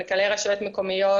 מנכ"לי רשויות מקומיות.